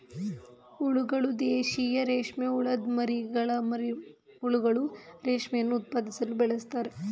ಹುಳಗಳು ದೇಶೀಯ ರೇಷ್ಮೆಹುಳದ್ ಮರಿಹುಳುಗಳು ರೇಷ್ಮೆಯನ್ನು ಉತ್ಪಾದಿಸಲು ಬೆಳೆಸ್ತಾರೆ